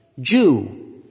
Jew